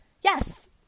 yes